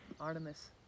Artemis